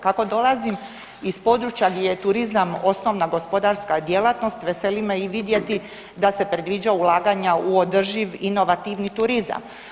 Kako dolazim iz područja gdje je turizam osnovna gospodarska djelatnost, veseli me i vidjeti da se predviđa ulaganja u održiv, inovativni turizam.